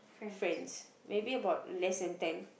friends maybe about less than ten